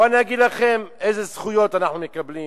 בואו אני אגיד לכם איזה זכויות אנחנו מקבלים